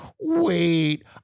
wait